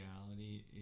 reality